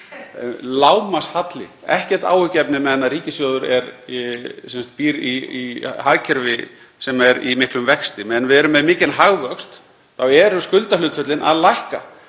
Lágmarkshalli er ekkert áhyggjuefni meðan ríkissjóður býr í hagkerfi sem er í miklum vexti. Meðan við erum með mikinn hagvöxt eru skuldahlutföllin að lækka.